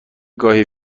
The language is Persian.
گاهی